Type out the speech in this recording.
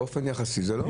באופן יחסי זה לא.